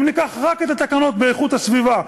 אם ניקח רק את התקנות של איכות הסביבה,